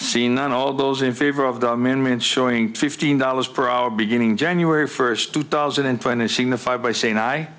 scene and all those in favor of the amendment showing fifteen dollars per hour beginning january first two thousand and twenty seeing the five by saying i